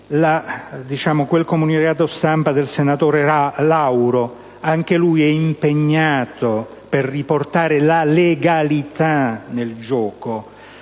- il comunicato stampa del senatore Lauro. Anche lui è impegnato a riportare la legalità nel gioco,